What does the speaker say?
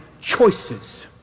choices